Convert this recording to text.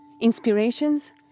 inspirations